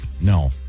no